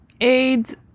AIDS